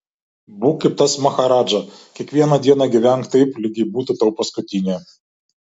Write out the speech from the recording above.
būk kaip tas maharadža kiekvieną dieną gyvenk taip lyg ji būtų tau paskutinė